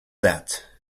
that